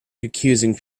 accusing